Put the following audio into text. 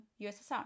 USSR